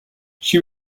she